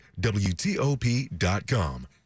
WTOP.com